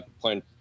playing